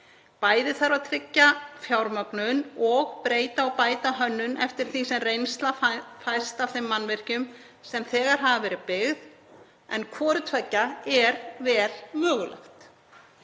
Bæði þarf að tryggja fjármögnun og breyta og bæta hönnun eftir því sem reynsla fæst af þeim mannvirkjum sem þegar hafa verið byggð. Hvort tveggja er vel mögulegt.